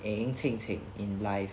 eng eng cheng cheng in life